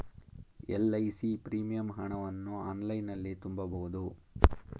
LIC premium ಹಣವನ್ನು ಆನ್ಲೈನಲ್ಲಿ ತುಂಬಬಹುದು